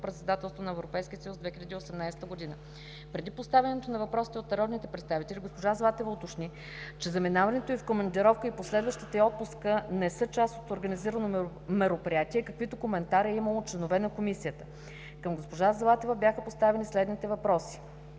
председателство на Европейския съюз 2018 г. Преди поставянето на въпросите от народните представители г-жа Златева уточни, че заминаването й в командировка и последващата й отпуска не са част от организирано мероприятие, каквито коментари е имало от членове на Комисията. Към г-жа Деница Златева бяха поставени следните въпроси